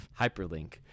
Hyperlink